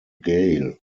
gale